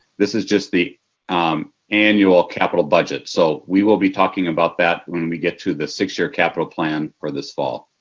this is just the annual capital budgets. so we will be talking about that when we get to the six year capital plan for this fall.